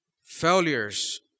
Failures